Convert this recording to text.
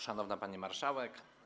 Szanowna Pani Marszałek!